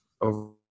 over